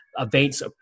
events